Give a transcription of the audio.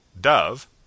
Dove